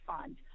fund